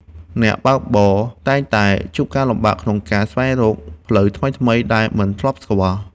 អ្នកបើកបរតែងតែជួបការលំបាកក្នុងការស្វែងរកផ្លូវថ្មីៗដែលមិនធ្លាប់ស្គាល់។